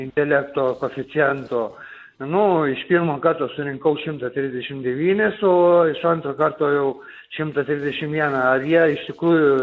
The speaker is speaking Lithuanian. intelekto koeficiento nu iš pirmo karto surinkau šimtą trisdešim devynis o iš antro karto jau šimtą trisdešim vieną ar jie iš tikrųjų